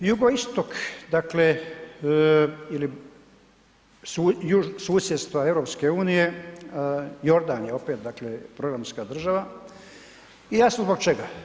Jugoistok, dakle ili susjedstva EU, Jordan je opet dakle programska država i jasno zbog čega.